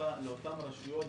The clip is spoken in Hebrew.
לאותן רשויות,